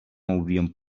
hauríem